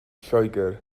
lloegr